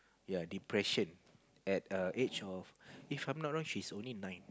ya depression at err age of if I'm not wrong she is only nine